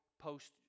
post